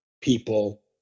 people